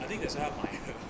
I think that's why 他买